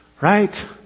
Right